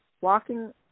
walking